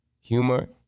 humor